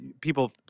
people